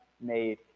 made